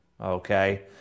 okay